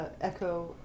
Echo